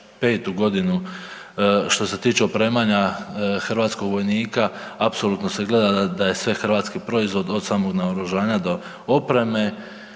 godinu što se tiče opremanje hrvatskog vojnika apsolutno se gleda da je sve hrvatski proizvod od samog naoružanja do opreme.